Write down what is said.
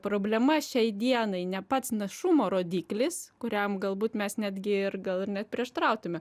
problema šiai dienai ne pats našumo rodiklis kuriam galbūt mes netgi ir gal ir neprieštarautume